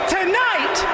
Tonight